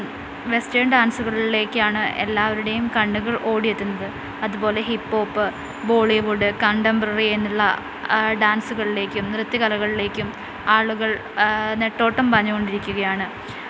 western ഡാൻസുകളിലേക്ക് ആണ് എല്ലാവരുടെയും കണ്ണുകൾ ഓടിയെത്തുന്നത് അതുപോലെ ഹിപ്ഹോപ്പ് ബോളിവുഡ് കണ്ടംമ്പററി എന്നുള്ള ഡാൻസുകളിലേക്കും നൃത്ത്യ കലകളിലേക്കും ആളുകൾ നെട്ടോട്ടം പാഞ്ഞുകൊണ്ടിരിക്കുകയാണ്